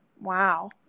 wow